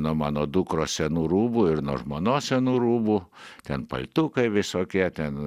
nuo mano dukros senų rūbų ir nuo žmonos senų rūbų ten paltukai visokie ten